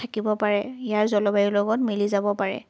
থাকিব পাৰে ইয়াৰ জলবায়ুৰ লগত মিলি যাব পাৰে